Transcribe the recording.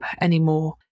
anymore